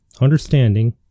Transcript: understanding